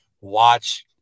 watch